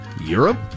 Europe